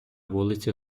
вулиці